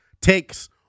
takes